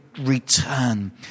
return